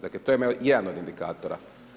Dakle to je jedan od indikatora.